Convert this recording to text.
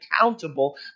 accountable